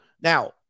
Now